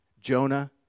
Jonah